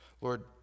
Lord